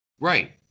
Right